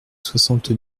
soixante